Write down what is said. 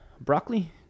broccoli